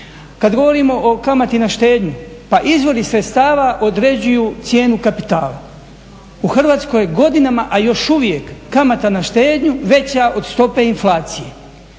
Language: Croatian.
Kada govorimo o kamati na štednju pa izvori sredstava određuju cijenu kapitala. U Hrvatskoj je godinama a još uvijek kamata na štednju veća od stope inflacije.